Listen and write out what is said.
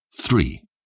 three